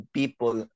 people